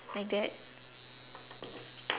like that